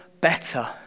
better